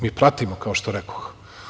Mi pratimo, kao što rekoh.